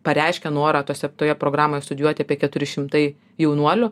pareiškę norą tose toje programoj studijuoti apie keturi šimtai jaunuolių